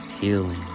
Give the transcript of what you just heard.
healing